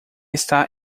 está